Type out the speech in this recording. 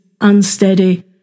unsteady